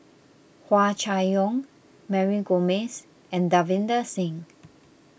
Hua Chai Yong Mary Gomes and Davinder Singh